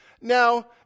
Now